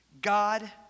God